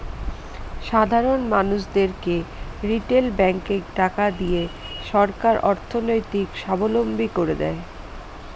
সাধারন মানুষদেরকে রিটেল ব্যাঙ্কে টাকা দিয়ে সরকার অর্থনৈতিক সাবলম্বী করে দেয়